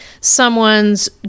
someone's